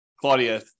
Claudia